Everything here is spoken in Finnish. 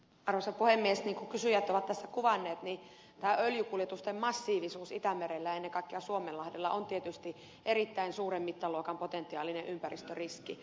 niin kuin kysyjät ovat tässä kuvanneet niin tämä öljykuljetusten massiivisuus itämerellä ennen kaikkea suomenlahdella on tietysti erittäin suuren mittaluokan potentiaalinen ympäristöriski